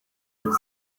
ati